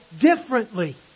differently